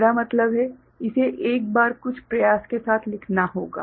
मेरा मतलब है कि इसे एक बार कुछ प्रयास के साथ लिखना होगा